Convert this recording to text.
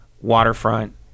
waterfront